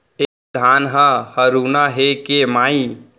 ए धान ह हरूना हे के माई?